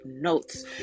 notes